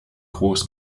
groß